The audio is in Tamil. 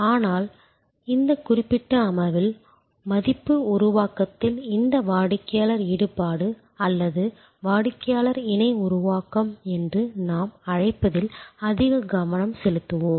ஆனால் இந்தக் குறிப்பிட்ட அமர்வில் மதிப்பு உருவாக்கத்தில் இந்த வாடிக்கையாளர் ஈடுபாடு அல்லது வாடிக்கையாளர் இணை உருவாக்கம் என்று நாம் அழைப்பதில் அதிக கவனம் செலுத்துவோம்